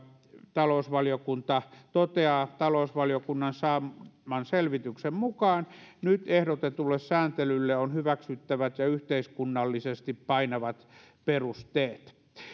talousvaliokunta toteaa talousvaliokunnan saaman selvityksen mukaan nyt ehdotetulle sääntelylle on hyväksyttävät ja yhteiskunnallisesti painavat perusteet